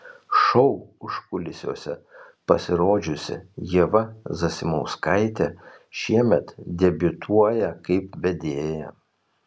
šou užkulisiuose pasirodžiusi ieva zasimauskaitė šiemet debiutuoja kaip vedėja